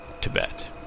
Tibet